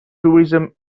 tourism